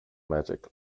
magic